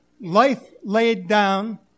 life-laid-down